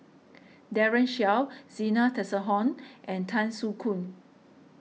Daren Shiau Zena Tessensohn and Tan Soo Khoon